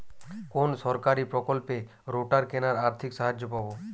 কোন সরকারী প্রকল্পে রোটার কেনার আর্থিক সাহায্য পাব?